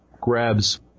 grabs